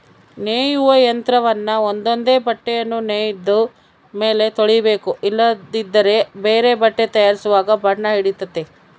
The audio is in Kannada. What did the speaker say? ನೇಯುವ ಯಂತ್ರವನ್ನ ಒಂದೊಂದೇ ಬಟ್ಟೆಯನ್ನು ನೇಯ್ದ ಮೇಲೆ ತೊಳಿಬೇಕು ಇಲ್ಲದಿದ್ದರೆ ಬೇರೆ ಬಟ್ಟೆ ತಯಾರಿಸುವಾಗ ಬಣ್ಣ ಹಿಡಿತತೆ